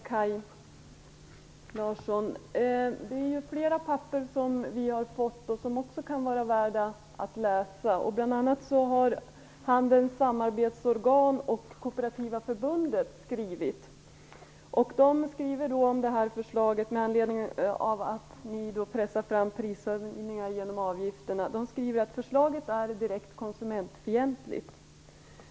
Fru talman! Vi har ju fått flera papper som också kan vara värda att läsas, Kaj Larsson. Bl.a. har Handels samarbetsorgan och Kooperativa förbundet skrivit. De skriver om förslaget, där ni pressar fram prishöjningar genom avgifterna: Förslaget är direkt konsumentfientligt.